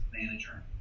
manager